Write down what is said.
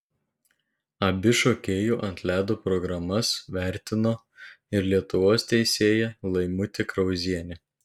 abi šokėjų ant ledo programas vertino ir lietuvos teisėja laimutė krauzienė